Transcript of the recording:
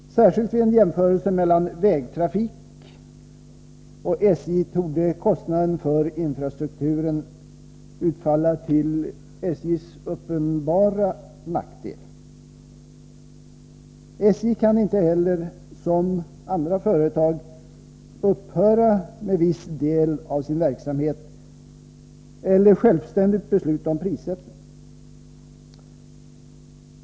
Särskilt vid en jämförelse mellan vägtrafiken och SJ torde kostnaden för infrastrukturen utfalla till SJ:s uppenbara nackdel. SJ kan inte heller som andra företag upphöra med viss del av sin verksamhet eller självständigt besluta om prissättning.